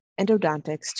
Endodontics